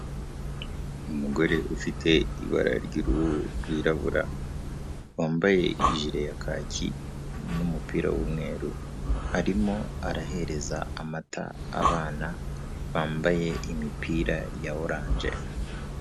Umugore ufite ibara ry'uruhu rwirabura, wambaye ijire ya kaki n'umupira w'umweru, arimo arahereza amata abana bambaye imipira ya oranje.